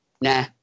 nah